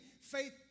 Faith